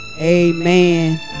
Amen